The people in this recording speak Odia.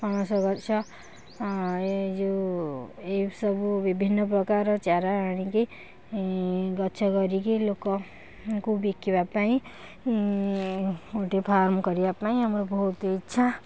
ପଣସ ଗଛ ଏ ଯେଉଁ ଏସବୁ ବିଭିନ୍ନ ପ୍ରକାର ଚାରା ଆଣିକି ଗଛ କରିକି ଲୋକଙ୍କୁ ବିକିବା ପାଇଁ ଗୋଟେ ଫାର୍ମ କରିବା ପାଇଁ ଆମର ବହୁତ ଇଚ୍ଛା